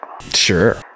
Sure